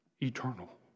Eternal